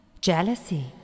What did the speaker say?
Jealousy